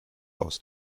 aus